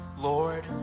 Lord